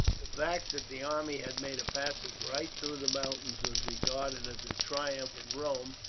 the fact that the army had made a passage right through the mountains was regarded as a triumph in rome,